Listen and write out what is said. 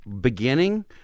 beginning